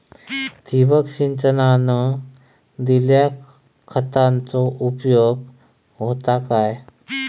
ठिबक सिंचनान दिल्या खतांचो उपयोग होता काय?